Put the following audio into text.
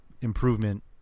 improvement